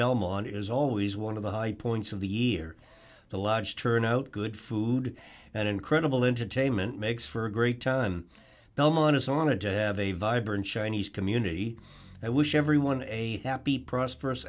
belmont is always one of the high points of the year the large turnout good food and incredible entertainment makes for a great time belmont is on it to have a vibrant chinese community and wish everyone a happy prosperous